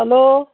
hello